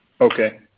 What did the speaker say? Okay